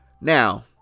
Now